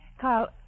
Carl